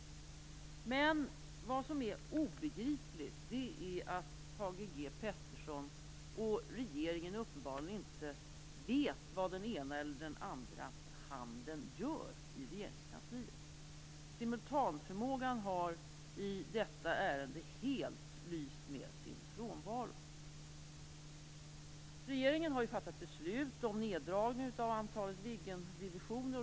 Men vad som är obegripligt är att Thage G Peterson och regeringen uppenbarligen inte vet vad den ena eller andra handen i Regeringskansliet gör. Simultanförmågan har i detta ärende helt lyst med sin frånvaro. Regeringen har fattat beslut om neddragning av antalet Viggendivisioner.